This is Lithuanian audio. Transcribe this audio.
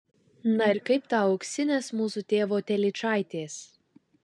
na ir kaip tau auksinės mūsų tėvo telyčaitės